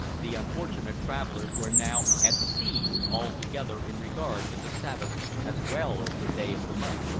the unfortunate travellers were now at sea altogether in regard to the sabbath as well as the day of the month.